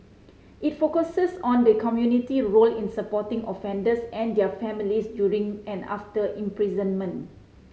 it focuses on the community role in supporting offenders and their families during and after imprisonment